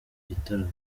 gitaramo